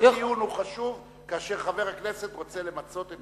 כל דיון הוא חשוב כאשר חבר הכנסת רוצה למצות את הדיון.